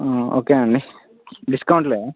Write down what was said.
okay అండి discount లేదా